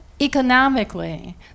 Economically